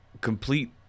complete –